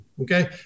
Okay